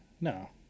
no